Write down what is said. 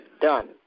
done